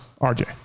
rj